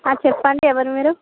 చెప్పండి ఎవరు మీరు